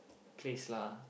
place lah